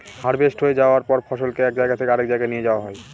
harvest হয়ে যায়ার পর ফসলকে এক জায়গা থেকে আরেক জাগায় নিয়ে যাওয়া হয়